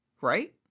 right